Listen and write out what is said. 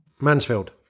Mansfield